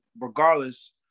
regardless